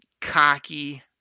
cocky